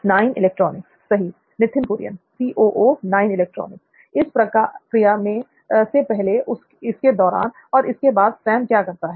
नित्थिन कुरियन इस क्रिया से "पहले" इसके "दौरान" और इसके "बाद" सैम क्या करता है